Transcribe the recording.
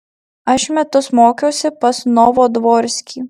aš metus mokiausi pas novodvorskį